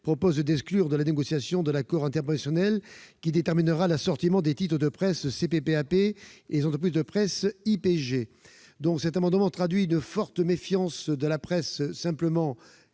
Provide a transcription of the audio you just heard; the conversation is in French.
vise à exclure de la négociation de l'accord interprofessionnel qui déterminera l'assortiment des titres de presse CPPAP les entreprises de presse d'IPG. Les dispositions de cet amendement traduisent une forte méfiance de la presse simplement